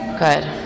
Good